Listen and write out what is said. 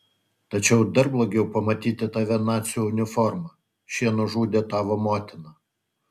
tačiau dar blogiau pamatyti tave nacių uniforma šie nužudė tavo motiną